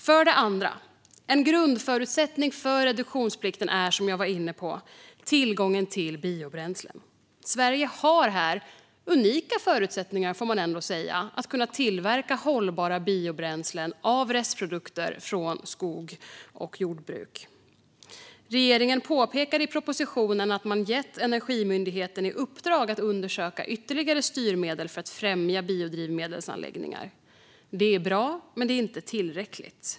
För det andra är en grundförutsättning för reduktionsplikten, som jag var inne på, tillgången till biobränslen. Sverige har här, måste man ändå säga, unika förutsättningar att kunna tillverka hållbara biobränslen av restprodukter från skogs och jordbruk. Regeringen påpekar i propositionen att man har gett Energimyndigheten i uppdrag att undersöka ytterligare styrmedel för att främja biodrivmedelsanläggningar. Det är bra, men det är inte tillräckligt.